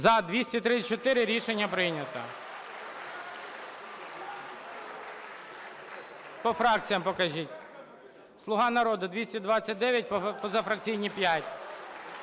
За-234 Рішення прийнято. По фракціях покажіть. "Слуга народу" – 229, позафракційні –